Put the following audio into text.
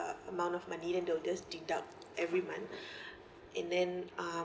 amount of money then they will just deduct every month and then um